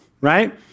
right